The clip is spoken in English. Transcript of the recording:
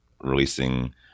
releasing